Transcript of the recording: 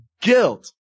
guilt